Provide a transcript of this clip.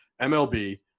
MLB